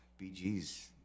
BG's